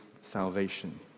salvation